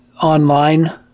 online